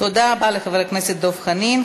תודה רבה לחבר הכנסת דב חנין.